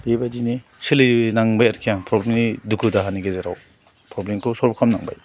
बेबायदिनो सोलिनांबाय आरोखि आं प्रब्लेम नि दुखु दाहानि गेजेराव प्रब्लेम खौ सल्भ खालामनांबाय